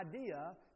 idea